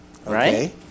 Right